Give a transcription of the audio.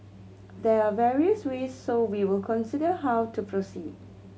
there are various ways so we will consider how to proceed